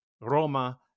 Roma